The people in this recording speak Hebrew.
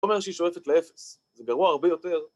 ‫זאת אומרת שהיא שואפת לאפס. ‫זה גרוע הרבה יותר.